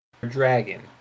dragon